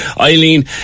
Eileen